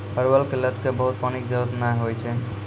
परवल के लत क बहुत पानी के जरूरत नाय होय छै